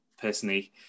personally